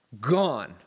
Gone